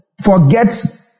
forget